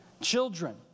children